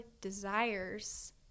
desires